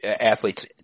athletes